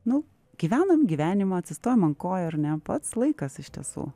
nu gyvenam gyvenimą atsistojom ant kojų ar ne pats laikas iš tiesų